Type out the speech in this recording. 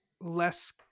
less